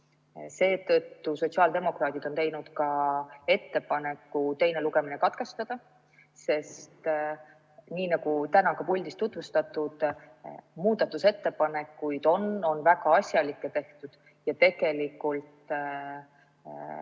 Seetõttu on sotsiaaldemokraadid teinud ettepaneku teine lugemine katkestada, sest nii nagu täna ka puldist tutvustatud, muudatusettepanekuid on tehtud väga asjalikke. Tegelikult